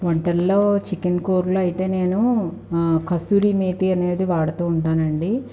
వంటల్లో చికెన్ కూరలో అయితే నేను కస్తూరి మేతి అనేది వాడుతూ ఉంటానండి